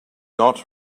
not